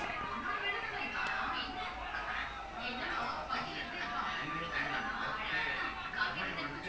but I think brandon okay lah I think like அவன் வந்து:avan vanthu he made a good call like quitting football at secondary four